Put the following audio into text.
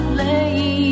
late